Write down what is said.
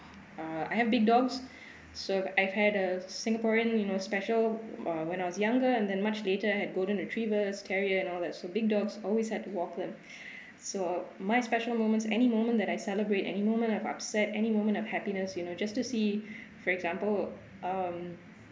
uh I have big dogs so I've had a singaporean you know special uh when I was younger and than much later I had golden retrievers terrier and all that so big dogs always had to walk them so my special moments any moment that I celebrate any moment of upset any moment of happiness you know just to see for example um